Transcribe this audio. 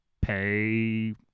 pay